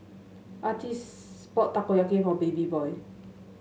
Artis bought Takoyaki for Babyboy